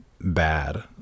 bad